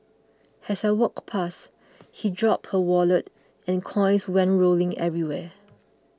as I walked past he dropped her wallet and coins went rolling everywhere